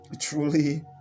truly